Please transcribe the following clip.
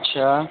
अच्छा